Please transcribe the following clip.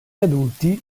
adulti